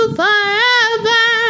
forever